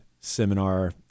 seminar